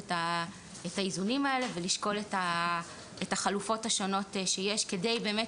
את האיזונים האלה ולשקול את החלופות השונות שיש כדי באמת